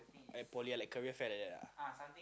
I poly I like career fair like that lah